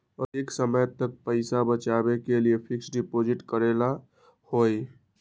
अधिक समय तक पईसा बचाव के लिए फिक्स डिपॉजिट करेला होयई?